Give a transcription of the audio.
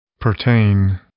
Pertain